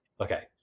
Okay